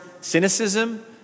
cynicism